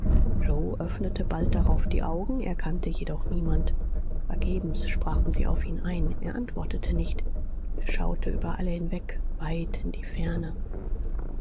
yoe öffnete bald darauf die augen erkannte jedoch niemand vergebens sprachen sie auf ihn ein er antwortete nicht er schaute über alle hinweg weit in die ferne